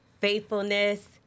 faithfulness